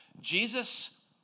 Jesus